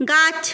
গাছ